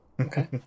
okay